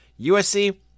USC